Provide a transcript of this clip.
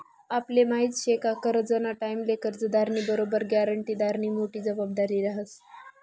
आपले माहिती शे का करजंना टाईमले कर्जदारनी बरोबर ग्यारंटीदारनी मोठी जबाबदारी रहास